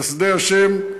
חסדי השם,